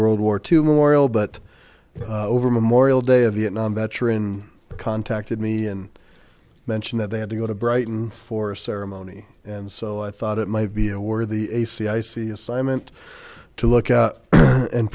world war two memorial but over memorial day a vietnam veteran contacted me and mentioned that they had to go to brighton for ceremony and so i thought it might be a worthy a c i c assignment to look at and